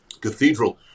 Cathedral